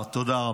תודה רבה.